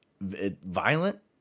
violent